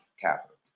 capital